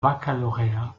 baccalauréat